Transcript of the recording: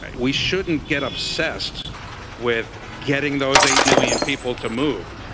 we shouldn't get obsessed with getting those eight million people to move.